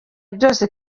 byose